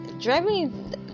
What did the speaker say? driving